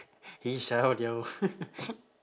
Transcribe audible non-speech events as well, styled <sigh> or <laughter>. he shout yo <laughs>